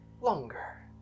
Longer